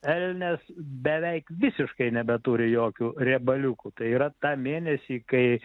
elnias beveik visiškai nebeturi jokių riebaliukų tai yra tą mėnesį kai